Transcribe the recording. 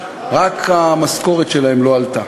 רק המשכורת שלהם לא עלתה.